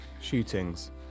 Shootings